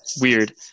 weird